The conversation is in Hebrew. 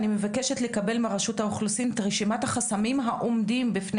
אני מבקשת לקבל מרשות האוכלוסין את רשימת החסמים העומדים בפני